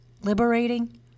liberating